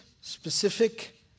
specific